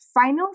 final